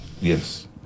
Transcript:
Yes